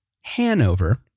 Hanover